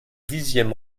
dixième